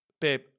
babe